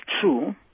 true